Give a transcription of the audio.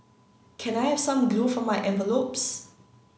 can I have some glue for my envelopes